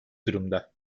durumda